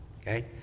okay